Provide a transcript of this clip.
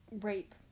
Rape